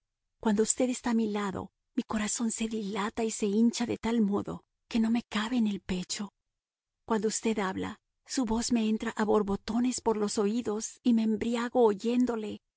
cuando usted está a mi lado mi corazón se dilata y se hincha de tal modo que no me cabe en el pecho cuando usted habla su voz me entra a borbotones por los oídos y me embriago oyéndole